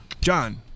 John